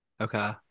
Okay